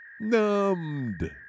Numbed